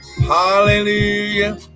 Hallelujah